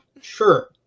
Sure